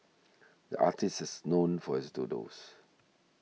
the artist is known for his doodles